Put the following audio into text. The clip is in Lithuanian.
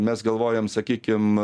mes galvojam sakykim